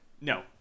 No